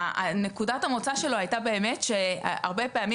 נקודת המוצא שלו הייתה באמת שהרבה פעמים